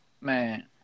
man